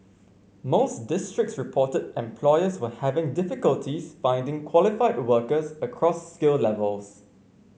most districts reported employers were having difficulties finding qualified workers across skill levels